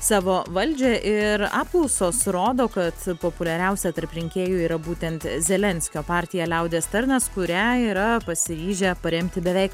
savo valdžią ir apklausos rodo kad populiariausia tarp rinkėjų yra būtent zelenskio partija liaudies tarnas kurią yra pasiryžę paremti beveik